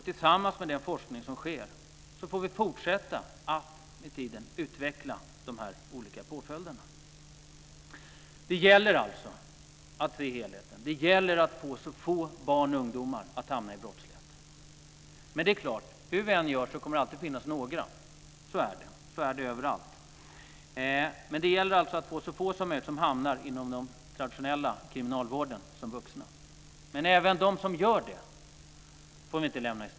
Tillsammans med den forskning som sker får vi fortsätta att med tiden utveckla de olika påföljderna. Man måste se helheten. Det gäller att så få barn och ungdomar som möjligt hamnar i brottslighet. Men det är klart, hur vi än gör kommer det alltid att finnas några som hamnar där. Så är det överallt. Det gäller alltså att så få som möjligt hamnar inom den traditionella kriminalvården som vuxna. Men vi får inte lämna dem som gör det i sticket.